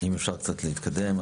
אם אפשר קצת להתקדם.